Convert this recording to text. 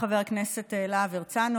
חבר הכנסת להב הרצנו,